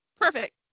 perfect